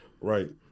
Right